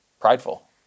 prideful